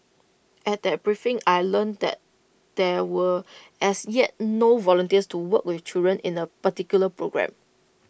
at that briefing I learnt that there were as yet no volunteers to work with children in A particular programme